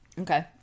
Okay